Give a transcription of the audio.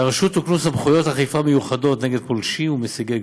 לרשות הוקנו סמכויות אכיפה מיוחדות נגד פולשים ומסיגי גבול.